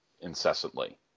incessantly